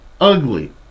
ugly